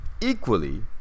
Equally